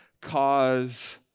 cause